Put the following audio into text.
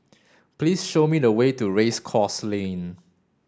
please show me the way to Race Course Lane